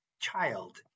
child